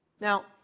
Now